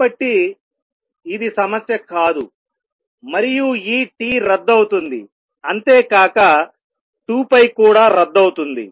కాబట్టి ఇది సమస్య కాదు మరియు ఈ t రద్దు అవుతుంది అంతేకాక 2π కూడా రద్దవుతుంది